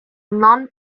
non